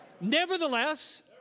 Nevertheless